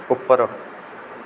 ਉੱਪਰ